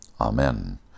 amen